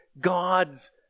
God's